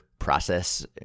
process